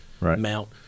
mount